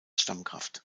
stammkraft